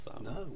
No